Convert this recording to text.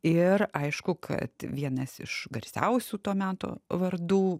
ir aišku kad vienas iš garsiausių to meto vardų